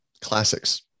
classics